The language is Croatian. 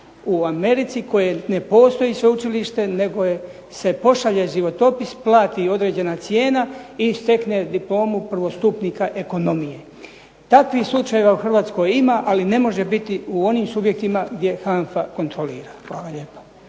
u Americi, koje ne postoji sveučilište, nego se pošalje životopis, plati određena cijena i stekne diplomu prvostupnika ekonomije. Takvih slučajeva u Hrvatskoj ima, ali ne može biti u onim subjektima gdje HANFA kontrolira.